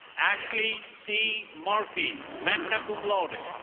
ashley c murphy, magna cum laude.